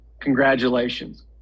congratulations